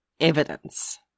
evidence